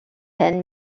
and